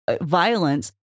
violence